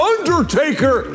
Undertaker